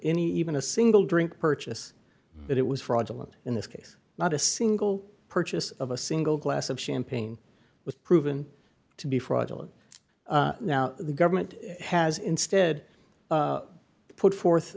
any even a single drink purchase but it was fraudulent in this case not a single purchase of a single glass of champagne was proven to be fraudulent now the government has instead put forth